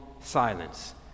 silence